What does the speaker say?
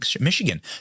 Michigan